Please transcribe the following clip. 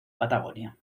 patagonia